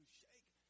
shake